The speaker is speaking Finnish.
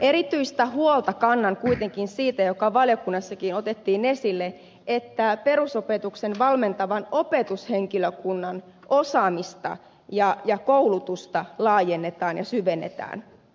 erityistä huolta kannan kuitenkin siitä mikä valiokunnassakin otettiin esille että perusopetukseen valmentavan opetushenkilökunnan osaamista ja koulutusta laajennetaan ja syvennetään